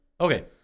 Okay